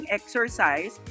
exercise